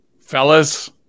Fellas